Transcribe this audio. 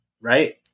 right